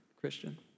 Christian